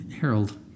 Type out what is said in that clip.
Harold